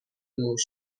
موش